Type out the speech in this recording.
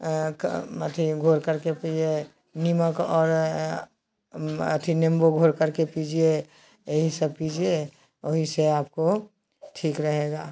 अथी घोर करके पीजिए नमक और अथी नीम्बू घोल करके पीजिए यही सब पीजिए यही सब आपको ठीक रहेगा